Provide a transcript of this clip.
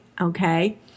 okay